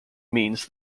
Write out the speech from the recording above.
means